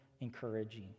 encouraging